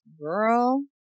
girl